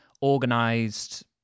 organized